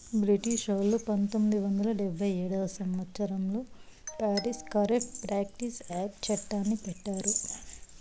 బ్రిటిషోల్లు పంతొమ్మిది వందల డెబ్భై ఏడవ సంవచ్చరంలో ఫారిన్ కరేప్ట్ ప్రాక్టీస్ యాక్ట్ చట్టాన్ని పెట్టారు